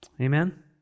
Amen